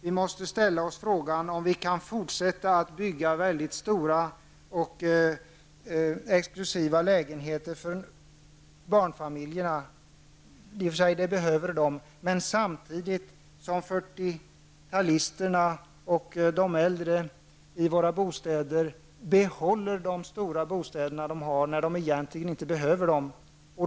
Vi måste ställa oss frågan om vi kan fortsätta att bygga mycket stora och exklusiva lägenheter för barnfamiljer -- de behöver i och för sig dessa -- samtidigt som fyrtiotalister och de äldre behåller sina stora bostäder när de egentligen inte behöver dem.